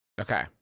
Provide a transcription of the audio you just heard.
Okay